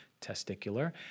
testicular